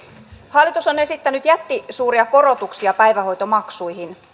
hallitus on esittänyt jättisuuria korotuksia päivähoitomaksuihin